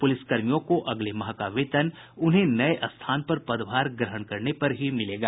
प्रलिसकर्मियों को अगले माह का वेतन उन्हें नये स्थान पर पदभार ग्रहण करने पर ही मिलेगा